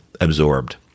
absorbed